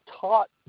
taught